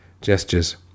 gestures